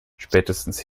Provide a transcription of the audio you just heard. spätestens